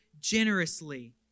generously